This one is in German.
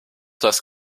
das